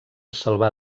salvar